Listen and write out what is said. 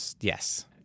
Yes